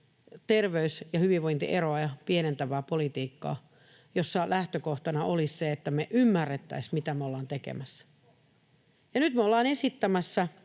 terveys- ja hyvinvointieroja pienentävää politiikkaa, jossa lähtökohtana olisi se, että me ymmärrettäisiin, mitä me ollaan tekemässä. Ja nyt me ollaan esittämässä